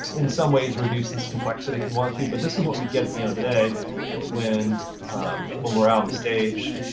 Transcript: in some ways, reduce this complexity if you want to. but this is what we get at the end of the day when when we're out on the stage.